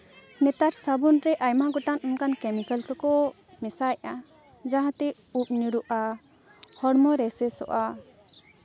ᱱᱮᱛᱟᱨ ᱥᱟᱵᱚᱱ ᱨᱮ ᱟᱭᱢᱟ ᱜᱚᱴᱟᱝ ᱚᱱᱠᱟᱱ ᱠᱮᱢᱤᱠᱮᱞ ᱠᱚᱠᱚ ᱢᱮᱥᱟᱭᱮᱫᱼᱟ ᱡᱟᱦᱟᱸᱛᱮ ᱩᱵ ᱧᱩᱨᱦᱩᱜᱼᱟ ᱦᱚᱲᱢᱚᱨᱮ ᱥᱮᱥᱚᱜᱼᱟ